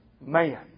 man